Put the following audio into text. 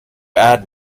add